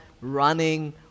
running